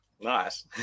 Nice